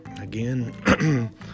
again